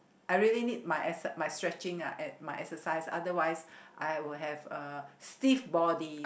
I really need my exercise my stretching ah and my exercise other I will have uh stiff body